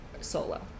solo